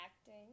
acting